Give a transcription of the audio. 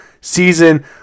season